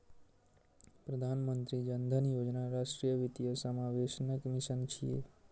प्रधानमंत्री जन धन योजना राष्ट्रीय वित्तीय समावेशनक मिशन छियै